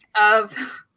of-